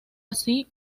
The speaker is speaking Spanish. así